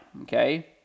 okay